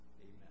Amen